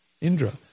Indra